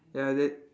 ya is it